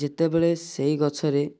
ଯେତେବେଳେ ସେଇ ଗଛରେ